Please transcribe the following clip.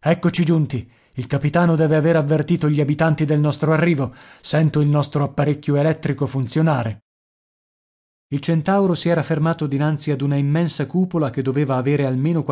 eccoci giunti il capitano deve aver avvertito gli abitanti del nostro arrivo sento il nostro apparecchio elettrico funzionare il centauro si era fermato dinanzi ad una immensa cupola che doveva avere almeno